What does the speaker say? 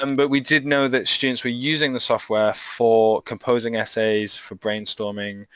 um but we did know that students were using the software for composing essays, for brainstorming,